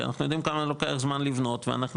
כי אנחנו יודעים כמה לוקח זמן לבנות ואנחנו